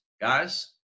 guys